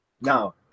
No